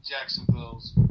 Jacksonville's